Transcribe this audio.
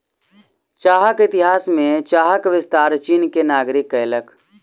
चाहक इतिहास में चाहक विस्तार चीन के नागरिक कयलक